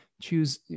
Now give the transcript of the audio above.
Choose